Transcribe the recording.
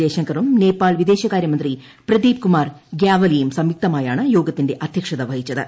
ജയശങ്കറും നേപ്പാൾ വിദേശകാര്യമന്ത്രി പ്രദീപ് കുമാർ ഗ്യാവലിയും സംയുക്തമായാണ് യോഗത്തിന്റെ അദ്ധ്യക്ഷത വഹിച്ചത്